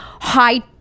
high